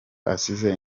asize